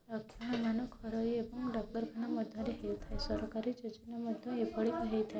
ଲକ୍ଷଣ ମାନ ଘରୋଇ ଏବଂ ଡାକ୍ତରଖାନା ମଧ୍ୟରେ ହେଉଥାଏ ସରକାରୀ ଯୋଜନା ମଧ୍ୟ ଏଭଳି ହେଇଥାଏ